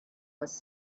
was